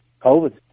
COVID